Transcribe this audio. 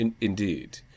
Indeed